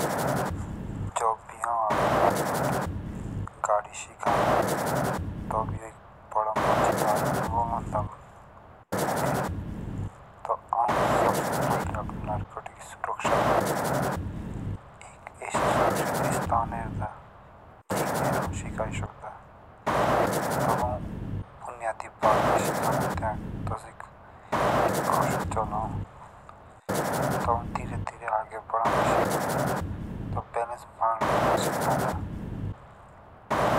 जब भी आऊ आपणे लड़कोटी गाड़ी सिकदा तब बडे मजेदार मजेदार होन्दा। तब आऊ सबसे पहले लड़कोटे की सुरक्षा करदा एक एसी सुरक्षा स्थान ह्रिदा जेके आऊन सिकाई सकता। तब आऊन बुनियादी बातें सिखन्दा तिस्क की कोसो चलो। तब धीरे धीरे आगे बढ़ना सिखन्दा बैलेंस बढ़ना सिखन्दा।